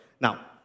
Now